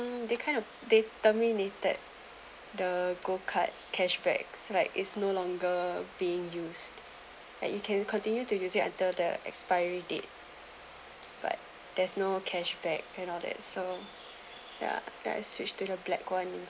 that kind of they terminated the gold card cashback slide is no longer being used but you can continue to use it until the expiry date but there's no cashback and all that so ya that I switched to the black one